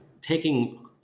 taking